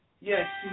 yes